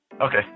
Okay